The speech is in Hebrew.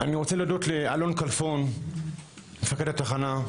אני רוצה להודות לאלון כלפון, מפקד התחנה.